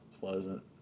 pleasant